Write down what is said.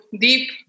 deep